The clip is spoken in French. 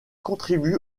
contribue